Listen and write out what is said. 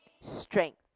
strength